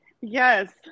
Yes